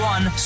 One